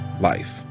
life